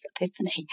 epiphany